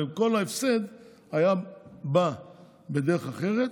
וכל ההפסד היה בא בדרך אחרת,